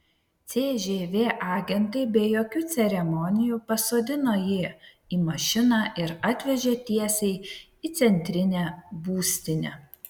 cžv agentai be jokių ceremonijų pasodino jį į mašiną ir atvežė tiesiai į centrinę būstinę